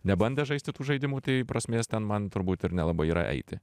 nebandęs žaisti tų žaidimų tai prasmės ten man turbūt ir nelabai yra eiti